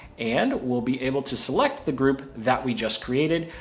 and we'll be able to select the group that we just created.